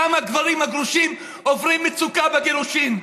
גם הגברים הגרושים עוברים מצוקה בגירושין,